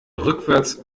rückwärts